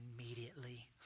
immediately